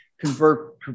convert